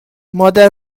مادر